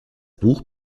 buch